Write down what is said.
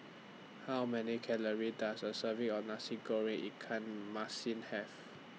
How Many Calories Does A Serving of Nasi Goreng Ikan Masin Have